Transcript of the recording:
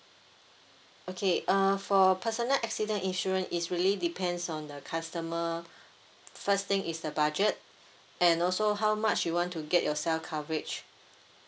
okay uh for personal accident insurance is really depends on the customer first thing is the budget and also how much you want to get yourself coverage